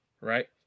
right